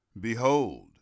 behold